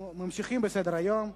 אנחנו ממשיכים בסדר-היום.